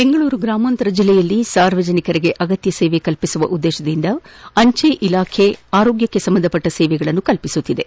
ಬೆಂಗಳೂರು ಗ್ರಾಮಾಂತರ ಜಿಲ್ಲೆಯಲ್ಲಿ ಸಾರ್ವಜನಿಕರಿಗೆ ಅಗತ್ತ ಸೇವೆ ಕಲ್ಪಿಸುವ ಉದ್ದೇಶದಿಂದ ಅಂಚೆ ಇಲಾಖೆ ಆರೋಗ್ಯಕ್ಷ ಸಂಬಂಧಿಸಿದ ಸೇವೆಯನ್ನು ಒದಗಿಸುತ್ತಿದೆ